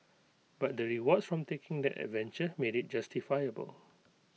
but the rewards from taking that adventure made IT justifiable